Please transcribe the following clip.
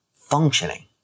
functioning